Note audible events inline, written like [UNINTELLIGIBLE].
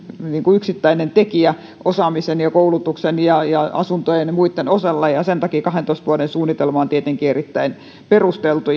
yksittäinen tekijä osaamisen ja koulutuksen ja ja asuntojen ja muitten ohella ja sen takia kahdentoista vuoden suunnitelma on tietenkin erittäin perusteltu [UNINTELLIGIBLE]